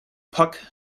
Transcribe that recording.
puck